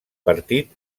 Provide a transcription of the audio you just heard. partit